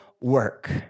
work